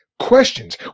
questions